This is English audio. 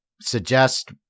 suggest